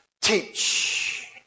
Teach